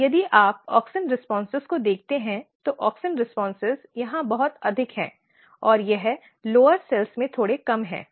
और यदि आप ऑक्सिन प्रतिक्रियाओं को देखते हैं तो ऑक्सिन प्रतिक्रियाएं यहां बहुत अधिक हैं और यह कम कोशिकाओं में थोड़ा कम है